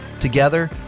Together